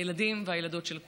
הילדים והילדות של כולנו.